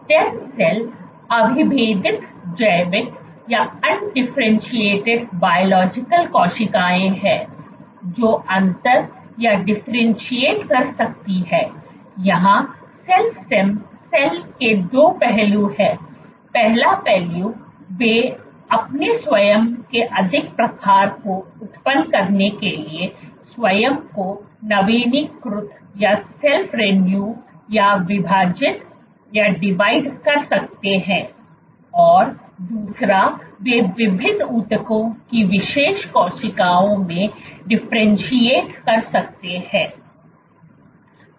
stem cell अविभेदित जैविक कोशिकाएं हैं जो अंतर या डिफरेंटशिएट कर सकती हैंयहां सेल स्टेम सेल के 2 पहलू हैं पहला पहलू वे अपने स्वयं के अधिक प्रकार को उत्पन्न करने के लिए स्वयं को नवीनीकृत या विभाजित कर सकते हैं और दूसरा वे विभिंन ऊतकों की विशेष कोशिकाओं में डिफरेंटशिएट कर सकते है